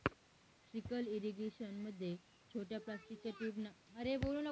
trickle irrigation मध्ये छोट्या प्लास्टिकच्या ट्यूबांच्या मदतीने प्रत्येक झाडाला कमी गतीने पाणी दिले जाते